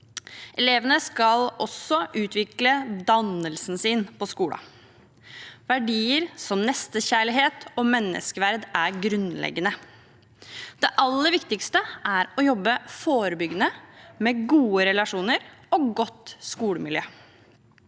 Elevene skal også utvikle dannelsen sin på skolen. Verdier som nestekjærlighet og menneskeverd er grunnleggende. Det aller viktigste er å jobbe forebyggende med gode relasjoner og godt skolemiljø.